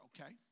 okay